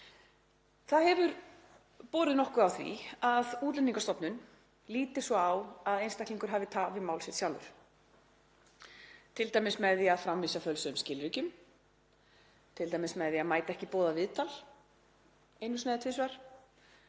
Það hefur borið nokkuð á því að Útlendingastofnun líti svo á að einstaklingur hafi tafið málið sitt sjálfur, t.d. með því að framvísa fölsuðum skilríkjum, með því að mæta ekki í boðað viðtal einu sinni eða tvisvar